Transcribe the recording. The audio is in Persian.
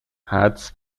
حدس